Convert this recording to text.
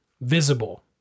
visible